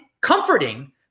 comforting